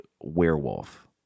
werewolf